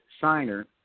signer